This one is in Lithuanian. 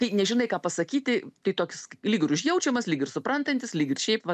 kai nežinai ką pasakyti tai toks lyg ir užjaučiamas lyg ir suprantantis lyg ir šiaip vat